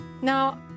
Now